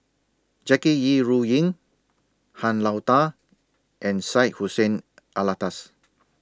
Jackie Yi Ru Ying Han Lao DA and Syed Hussein Alatas